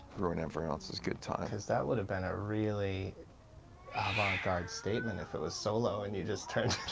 ruin everyone else's good time. because that would have been a really avant-garde statement if it was solo and you just turned